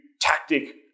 tactic